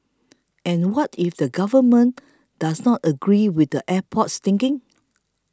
and what if the Government does not agree with the airport's thinking